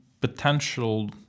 potential